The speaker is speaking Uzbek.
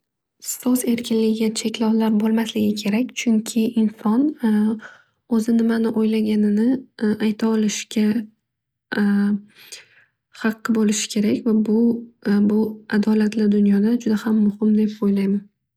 So'z erkinligiga cheklovlar bo'lmasligi kerak. Chunki inson o'zi nimani o'ylaganini ayta olishga haqqi bo'lishi kerak va bu adolatli dunyoda juda ham muhim deb o'ylayman.